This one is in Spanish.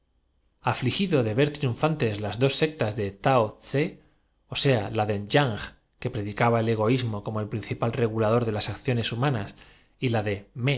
gido de ver triunfantes las dos sectas de tao ssé ó buscar y desear lo verdadero en todo sin alucinacio sean la de yang que predicaba el egoísmo como el nes egoístas para sí ni apasionadas para los otros la principal regulador de las acciones humanas y la de